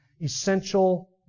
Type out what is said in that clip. essential